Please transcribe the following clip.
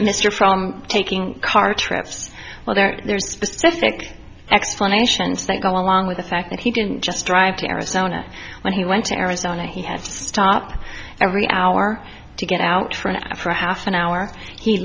mr from taking car trips well there are specific explanations that go along with the fact that he didn't just drive to arizona when he went to arizona he had to stop every hour to get out for an after half an hour he